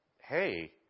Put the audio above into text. hey